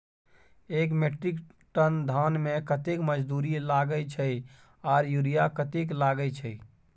एक metric ton धान में कतेक मजदूरी लागे छै आर यूरिया कतेक लागे छै?